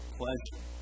pleasure